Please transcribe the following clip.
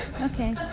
Okay